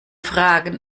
fragen